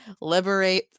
liberate